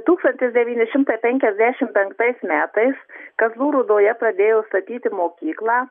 tūkstantis devyni šimtai penkiasdešimt penktais metais kazlų rūdoje pradėjo statyti mokyklą